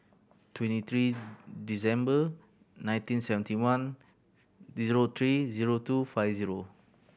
twenty three December nineteen seventy one zero three zero two five zero